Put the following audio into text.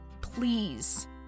Please